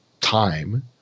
time